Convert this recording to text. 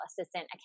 Assistant